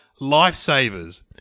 Lifesavers